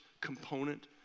component